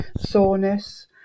soreness